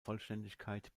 vollständigkeit